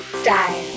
style